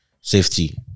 safety